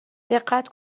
دقت